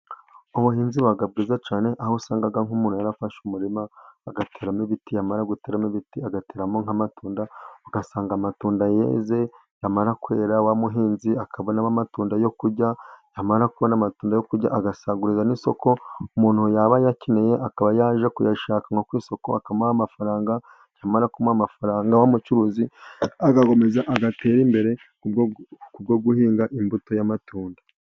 Ubuhinzi buba bwiza cyane, aho usanga nk'umuntu yarafashe umurima agateramo ibiti, yamara guteramo ibiti agateramo nk'amatunda, ugasanga amatunda yeze, yamara kwera wa muhinzi akabonamo amatunda yo kurya, yamara kubona amatunda yo kurya agasagurira n'isoko, umuntu yaba ayakeneye akaba yajya kuyashaka nko ku isoko akamuha amafaranga, yamara kumuha amafaranga ,wa mucuruzi agakomeza agatera imbere kubwo guhinga imbuto y'amatunda.